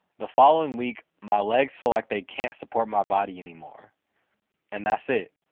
the following week, my legs feel like they can't support my body anymore and that's it.